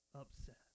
upset